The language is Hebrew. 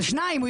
על השניים.